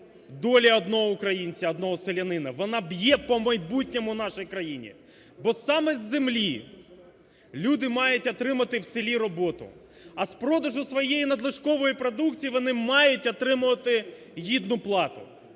долі одного українця, одного селянина, вона б'є по майбутньому нашої країни, бо саме з землі люди мають отримати в селі роботу, а з продажу своєї надлишкової продукції вони мають отримувати гідну плату.